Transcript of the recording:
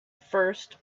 first